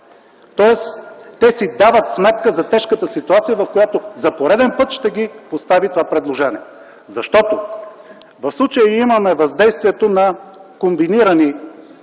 Тоест те си дават сметка за тежката ситуация, в която за пореден път ще ги постави това предложение. Защото в случая имаме въздействието на комбинирани